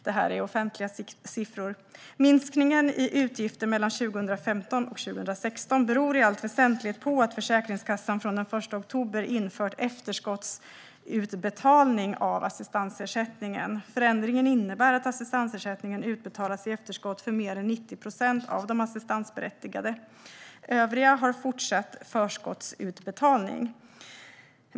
Detta är offentliga siffror. Minskningen i utgifter mellan 2015 och 2016 beror i allt väsentligt på att Försäkringskassan från den 1 oktober infört efterskottsutbetalning av assistansersättningen. Förändringen innebär att assistansersättningen utbetalas i efterskott för mer än 90 procent av de assistansberättigade. Övriga har fortsatt förskottsutbetalning.